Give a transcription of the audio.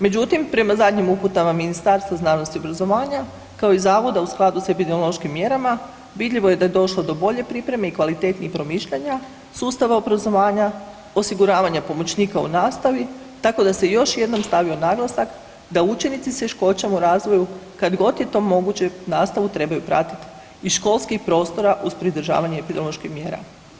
Međutim, prema zadnjim uputama Ministarstva znanosti i obrazovanja, kao i Zavoda, u skladu s epidemiološkim mjerama, vidljivo je da je došlo do bolje pripreme i kvalitetnijih promišljanja, sustava obrazovanja, osiguravanja pomoćnika u nastavi, tako da se još jednom stavio naglasak da učenici s teškoćama u razvoju, kad god je to moguće, nastavu trebaju pratiti iz školskih prostora uz pridržavanje epidemioloških mjera.